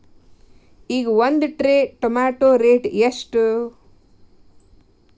ಈಗ ಒಂದ್ tray tomato rate ಎಷ್ಟ?